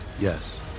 Yes